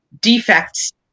defects